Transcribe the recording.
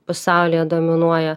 pasaulyje dominuoja